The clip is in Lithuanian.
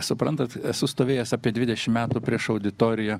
suprantat esu stovėjęs apie dvidešimt metų prieš auditoriją